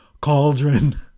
Cauldron